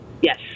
Yes